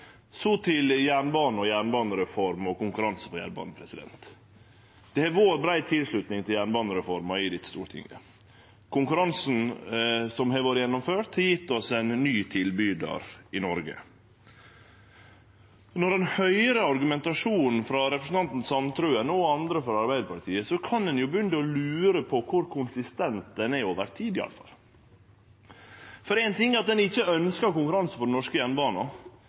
Så til jernbane, jernbanereform og konkurranse på jernbanen: Det har vore ei brei tilslutning til jernbanereforma i dette stortinget. Konkurransen som har vore gjennomført, har gjeve oss ein ny tilbydar i Noreg. Når ein høyrer argumentasjonen frå representanten Sandtrøen og andre frå Arbeiderpartiet, kan ein jo begynne å lure på kor konsistent ein er, over tid iallfall. Éin ting er at ein ikkje ønskjer konkurranse på den norske